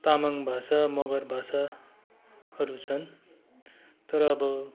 तामाङ भाषा मगर भाषा अरू छन् तर अब